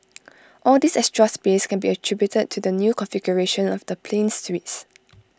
all this extra space can be attributed to the new configuration of the plane's suites